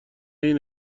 این